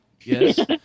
Yes